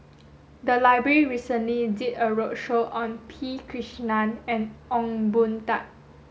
the library recently did a roadshow on P Krishnan and Ong Boon Tat